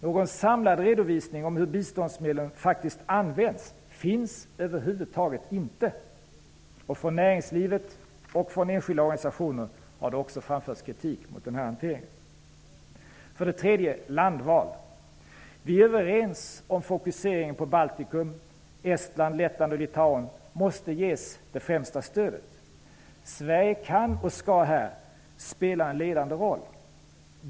Någon samlad redovisning om hur biståndsmedlen faktiskt använts finns över huvud taget inte. Från näringslivet och från enskilda organisationer har det också framförts kritik mot den hanteringen. 3. Landval: Vi är överens om fokuseringen på Baltikum. Estland, Lettland och Litauen måste ges det främsta stödet. Sverige kan och skall här spela en ledande roll.